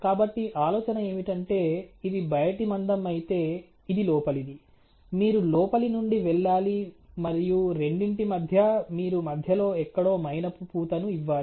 కాబట్టి ఆలోచన ఏమిటంటే ఇది బయటి మందం అయితే ఇది లోపలిది మీరు లోపలి నుండి వెళ్ళాలి మరియు రెండింటి మధ్య మీరు మధ్యలో ఎక్కడో మైనపు పూతను ఇవ్వాలి